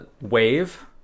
wave